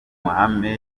mahame